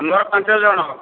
ମୋର ପାଞ୍ଚ ଜଣ